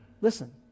Listen